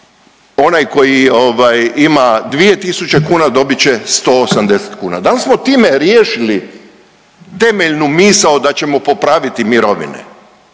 onaj koji ovaj ima 2.000 kuna dobit će 180 kuna. Da li smo time riješili temeljnu misao da ćemo popraviti mirovine?